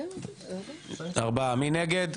מי נגד?